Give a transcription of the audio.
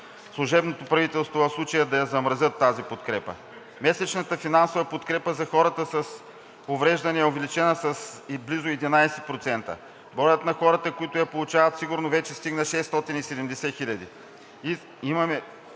служебното правителство в случая, да я замразят тази подкрепа. Месечната финансова подкрепа за хората с увреждания е увеличена с близо 11%. Броят на хората, които я получават, сигурно вече стигна 670 000.